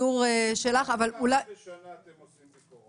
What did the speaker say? כמה פעמים בשנה אתם עושים ביקורות?